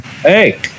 Hey